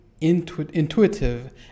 intuitive